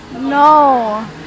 No